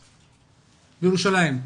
בירושלים.